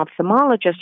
ophthalmologist